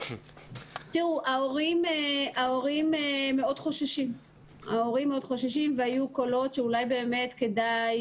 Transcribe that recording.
ההורים מאוד חוששים והיו קולות שאולי באמת כדאי